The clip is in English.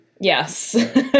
Yes